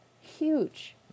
huge